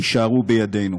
יישארו בידינו.